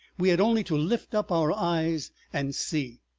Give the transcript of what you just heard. we had only to lift up our eyes and see.